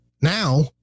now